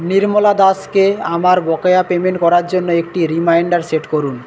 নির্মলা দাসকে আমার বকেয়া পেমেন্ট করার জন্য একটি রিমাইন্ডার সেট করুন